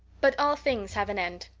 but all things have an end,